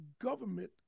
Government